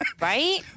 Right